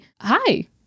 Hi